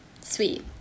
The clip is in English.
sweet